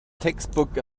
textbook